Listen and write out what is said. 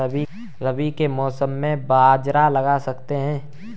रवि के मौसम में बाजरा लगा सकते हैं?